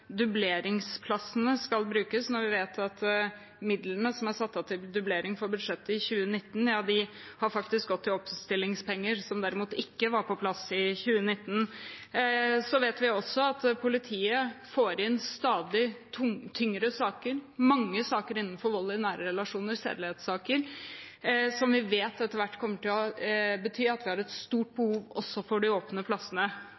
dubleringsplassene skal brukes, når vi vet at midlene som er satt av til dublering i budsjettet for 2019, faktisk har gått til omstillingspenger – som derimot ikke var på plass i 2019. Vi vet også at politiet får inn stadig tyngre saker, mange saker innenfor vold i nære relasjoner og sedelighetssaker, som vi vet etter hvert vil bety at vi har et stort behov også for de åpne plassene.